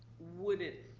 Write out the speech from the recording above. would it,